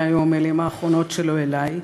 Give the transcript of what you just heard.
אלה היו המילים האחרונות שלו אלי,